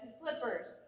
slippers